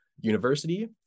University